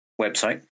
website